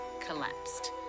collapsed